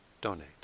donate